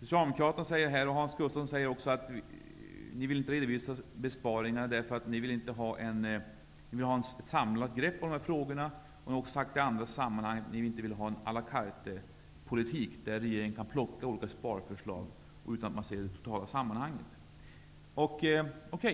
Socialdemokraterna säger att de inte vill redovisa besparingar eftersom de vill ha ett samlat grepp om frågorna. I andra sammanhang har Socialdemokraterna sagt att de inte vill ha en à la carte-politik där regeringen kan plocka bland olika sparförslag utan att se det totala sammanhanget.